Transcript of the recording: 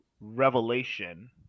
revelation –